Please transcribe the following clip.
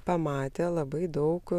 pamatė labai daug